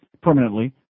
permanently